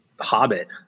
Hobbit